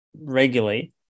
regularly